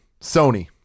Sony